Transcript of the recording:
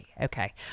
Okay